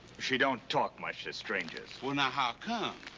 she don't talk much to strangers. well, now how come?